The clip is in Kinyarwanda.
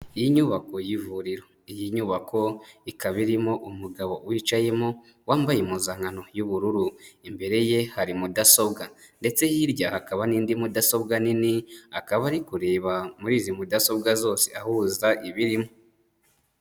Iyi nyubako y'ivuriro, iyi nyubako ikaba irimo umugabo wicayemo, wambaye impuzankano y'ubururu, imbere ye hari mudasobwa ndetse hirya hakaba n'indi mudasobwa nini, akaba ari kureba muri izi mudasobwa zose ahuza ibirimo.